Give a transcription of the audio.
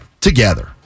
together